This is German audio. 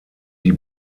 die